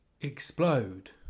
explode